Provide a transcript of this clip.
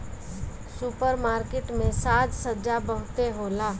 super market में साज सज्जा बहुते होला